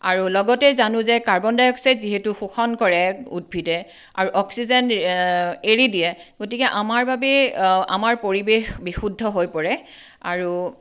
আৰু লগতে জানোঁ যে কাৰ্বন ডাই অক্সাইড যিহেতু শোষণ কৰে উদ্ভিদে আৰু অক্সিজেন এৰি দিয়ে গতিকে আমাৰ বাবে আমাৰ পৰিৱেশ বিশুদ্ধ হৈ পৰে আৰু